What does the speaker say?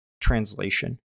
translation